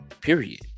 period